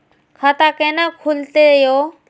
खाता केना खुलतै यो